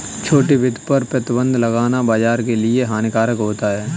छोटे वित्त पर प्रतिबन्ध लगाना बाज़ार के लिए हानिकारक होता है